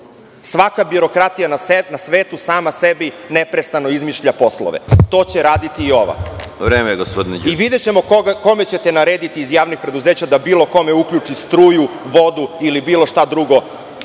Svaka birokratija na svetu sama sebi neprestano izmišlja poslove, to će raditi i ova i videćemo kome ćete narediti iz javnih preduzeća da bilo kome uključi struju, vodu ili bilo šta drugo,